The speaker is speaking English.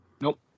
Nope